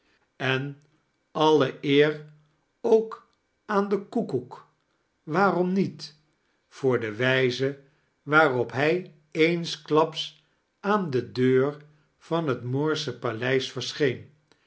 en alle eer oak aan den koekoek waarom niet voor de wijze waarop hij eensklaps aan de deur van het moorsche paleis verscheen